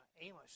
Amos